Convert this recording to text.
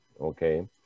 Okay